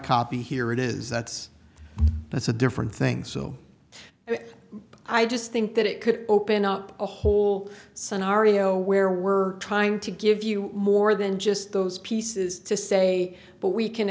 copy here it is that's that's a different thing so it i just think that it could open up a whole scenario where we're trying to give you more than just those pieces to say but we can